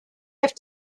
have